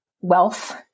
wealth